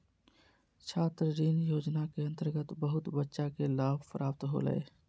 छात्र ऋण योजना के अंतर्गत बहुत बच्चा के लाभ प्राप्त होलय